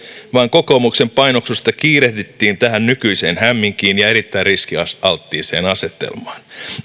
vaan kokoomuksen painostuksesta kiirehdittiin tähän nykyiseen hämminkiin ja erittäin riskialttiiseen asetelmaan